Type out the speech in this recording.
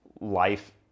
life